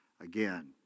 again